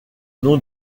nom